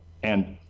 and,